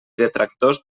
detractors